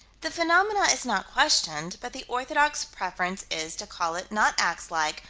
the phenomenon is not questioned, but the orthodox preference is to call it, not ax-like,